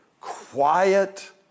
quiet